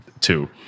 Two